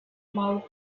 mouth